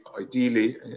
ideally